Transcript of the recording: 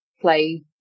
play